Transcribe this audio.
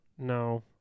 No